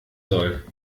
soll